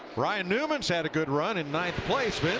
brian newman has had a good run. in ninth place.